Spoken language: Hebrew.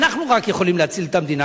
רק אנחנו יכולים להציל את המדינה.